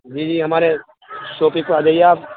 جی جی ہمارے شاپ پہ تو آجائیے آپ